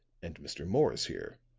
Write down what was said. and mr. morris here,